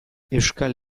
euskal